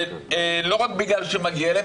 לא רק בגלל שמגיע להם,